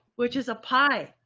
which is a pie.